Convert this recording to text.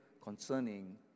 concerning